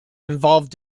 involved